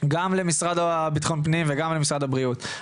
גם למשרד לביטחון פנים וגם למשרד הבריאות,